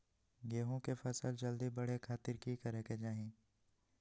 गेहूं के फसल जल्दी बड़े खातिर की करे के चाही?